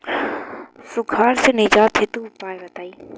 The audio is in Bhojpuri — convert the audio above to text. सुखार से निजात हेतु उपाय बताई?